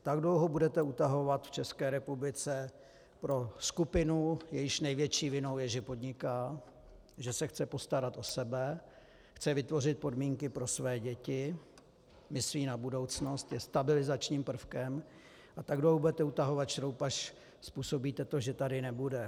Tak dlouho budete utahovat v České republice pro skupinu, jejíž největší vinou je, že podniká, že se chce postarat o sebe, chce vytvořit podmínky pro své děti, myslí na budoucnost, je stabilizačním prvkem, tak dlouho budete utahovat šroub, až způsobíte to, že tady nebude.